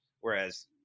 whereas